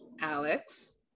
alex